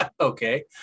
Okay